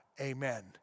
amen